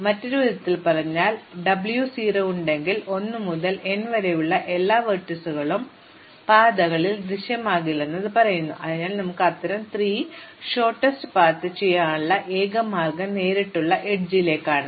അതിനാൽ മറ്റൊരു വിധത്തിൽ പറഞ്ഞാൽ എനിക്ക് W 0 ഉണ്ടെങ്കിൽ 1 മുതൽ n വരെയുള്ള എല്ലാ ലംബങ്ങളും പാതകളിൽ ദൃശ്യമാകില്ലെന്ന് ഇത് പറയുന്നു അതിനാൽ നമുക്ക് അത്തരം 3 ഹ്രസ്വ പാതകൾ ചെയ്യാനുള്ള ഏക മാർഗം നേരിട്ടുള്ള അരികിലേക്കാണ്